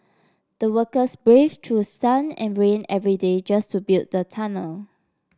the workers braved through sun and rain every day just to build the tunnel